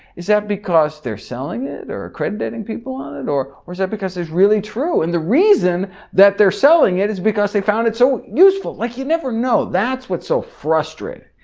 is that because they're selling it or crediting people on it or or is that because it's really true and the reason that they're selling it is because they found it so useful, like you never know, that's what's so frustrating,